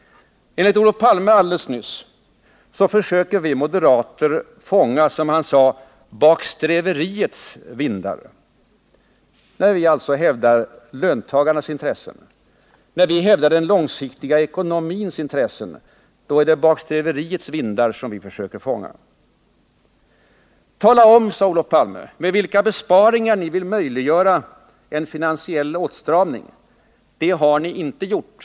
Enligt Olof Palme alldeles nyss försöker vi moderater ”fånga bakåtsträveriets vindar” när vi alltså hävdar löntagarnas intressen. När vi hävdar den långsiktiga ekonomins intressen så är det bakåtsträveriets vindar som vi försöker fånga. Tala om, sade Olof Palme, med vilka besparingar ni vill möjliggöra en finansiell åtstramning, för det har ni inte gjort!